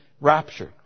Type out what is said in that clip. raptured